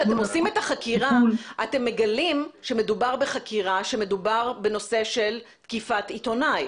כשאתם עושים את החקירה אתם מגלים שמדובר בנושא של תקיפת עיתונאי.